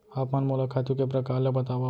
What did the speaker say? आप मन मोला खातू के प्रकार ल बतावव?